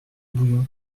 bouillon